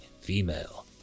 female